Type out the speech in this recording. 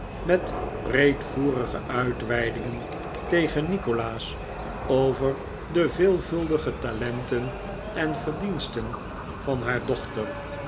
met breedvoerige uitweidingen tegen nikolaas over de veelvuldige talenten en verdiensten van haar dochter